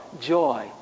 joy